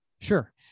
Sure